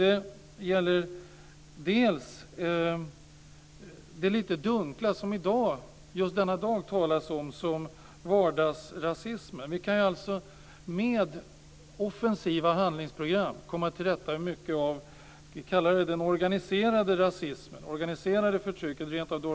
Det gäller det lite dunkla som i dag benämns som vardagsrasism. Med offensiva handlingsprogram kan vi komma till rätta med mycket av den organiserade rasismen, det organiserade förtrycket och våldet.